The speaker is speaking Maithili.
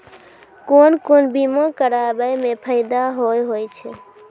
कोन कोन बीमा कराबै मे फायदा होय होय छै?